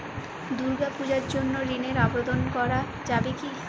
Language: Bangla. দুর্গাপূজার জন্য ঋণের আবেদন করা যাবে কি?